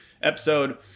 Episode